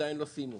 ועדיין לא סיימו.